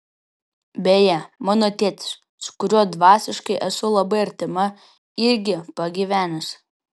beje mano tėtis su kuriuo dvasiškai esu labai artima irgi pagyvenęs